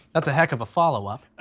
that's a heck of a follow-up.